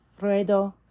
Ruedo